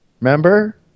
Remember